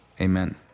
Amen